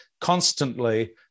constantly